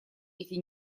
эти